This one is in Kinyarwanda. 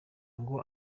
ngo